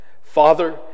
Father